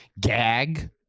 gag